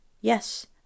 Yes